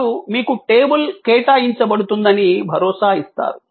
వారు మీకు టేబుల్ కేటాయించబడుతందని భరోసా ఇస్తారు